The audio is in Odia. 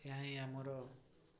ଏହା ହିଁ ଆମର